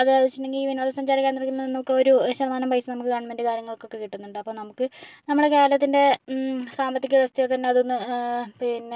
അതാ ആലോചിച്ചിട്ടുണ്ടെങ്കിൽ വിനോദ സഞ്ചാര കേന്ദ്രങ്ങൾ നമുക്കൊരു ഒരു ശതമാനം പൈസ നമുക്ക് ഗവൺമെന്റ് കാര്യങ്ങൾക്കൊക്കെ കിട്ടുന്നുണ്ട് അപ്പം നമുക്ക് നമ്മളെ കേരളത്തിൻ്റെ സാമ്പത്തിക വ്യവസ്ഥ തന്നെ അതൊന്ന് പിന്നെ